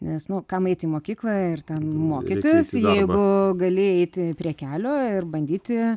nes nu kam eit į mokyklą ir ten mokytis jeigu gali eiti prie kelio ir bandyti